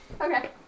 Okay